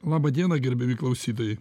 laba diena gerbiami klausytojai